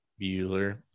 Bueller